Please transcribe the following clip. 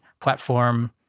platform